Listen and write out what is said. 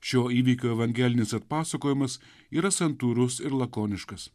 šio įvykio evangelinis atpasakojimas yra santūrus ir lakoniškas